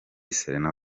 serena